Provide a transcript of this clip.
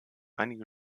einige